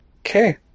Okay